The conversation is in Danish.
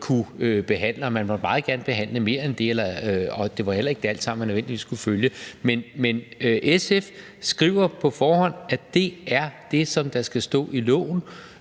kunne behandle, og man måtte meget gerne behandle mere end det, og det var heller ikke det alt sammen, som man nødvendigvis skulle følge. Men SF skriver på forhånd, at det er det, der skal stå i loven,